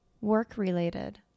work-related